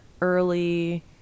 early